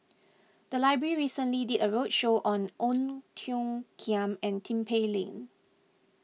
the library recently did a roadshow on Ong Tiong Khiam and Tin Pei Ling